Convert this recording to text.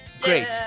Great